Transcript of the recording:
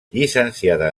llicenciada